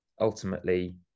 ultimately